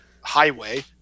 highway